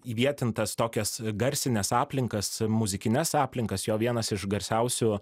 įvietintas tokias garsines aplinkas muzikines aplinkas jo vienas iš garsiausių